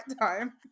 time